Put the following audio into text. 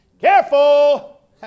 Careful